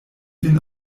vin